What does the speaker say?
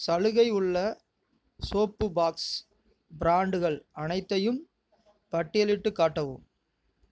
சலுகை உள்ள soap box பிராண்ட்கள் அனைத்தையும் பட்டியலிட்டுக் காட்டவும்